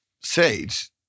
Sage